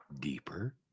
deeper